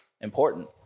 important